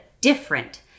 different